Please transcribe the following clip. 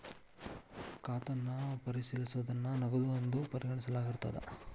ಖಾತನ್ನ ಪರಿಶೇಲಿಸೋದನ್ನ ನಗದು ಎಂದು ಪರಿಗಣಿಸಲಾಗಿರ್ತದ